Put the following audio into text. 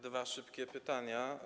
Dwa szybkie pytania.